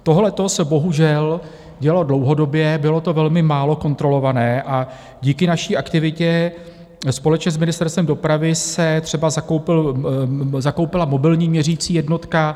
Tohleto se bohužel dělo dlouhodobě, bylo to velmi málo kontrolované a díky naší aktivitě společně s Ministerstvem dopravy se třeba zakoupila mobilní měřicí jednotka.